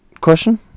question